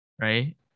right